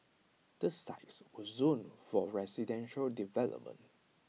the sites were zoned for residential development